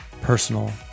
personal